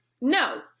No